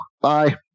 Bye